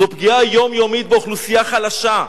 זאת פגיעה יומיומית באוכלוסייה חלשה,